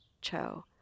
Cho